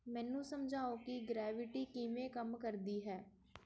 ਮੈਨੂੰ ਸਮਝਾਓ ਕਿ ਗਰੈਵਿਟੀ ਕਿਵੇਂ ਕੰਮ ਕਰਦੀ ਹੈ